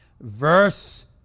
Verse